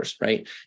Right